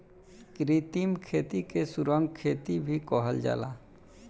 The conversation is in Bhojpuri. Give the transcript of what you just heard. कृत्रिम खेती के सुरंग खेती भी कहल जाला